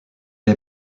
est